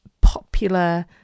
popular